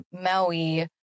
maui